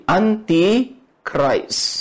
anti-Christ